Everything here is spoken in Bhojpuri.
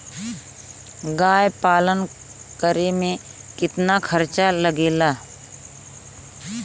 गाय पालन करे में कितना खर्चा लगेला?